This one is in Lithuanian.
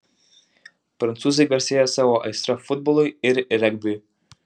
prancūzai garsėja savo aistra futbolui ir regbiui